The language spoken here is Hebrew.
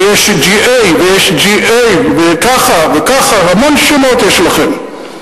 ויש וככה, וככה, המון שמות יש לכם.